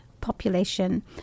population